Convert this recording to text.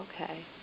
Okay